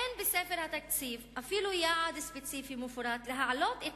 אין בספר התקציב אפילו יעד ספציפי מפורט להעלות את